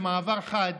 במעבר חד,